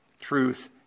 truth